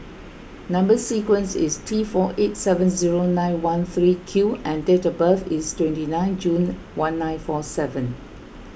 Number Sequence is T four eight seven zero nine one three Q and date of birth is twenty nine June one nine four seven